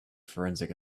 forensic